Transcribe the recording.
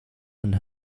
and